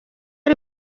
ari